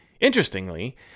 Interestingly